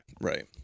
Right